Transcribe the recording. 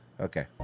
okay